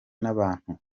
n’abantu